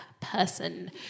person